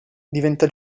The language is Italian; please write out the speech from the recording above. diventa